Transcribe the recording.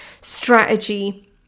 strategy